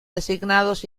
designados